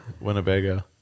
winnebago